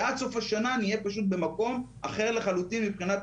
ועד סוף השנה נהיה במקום אחר לחלוטין מבחינת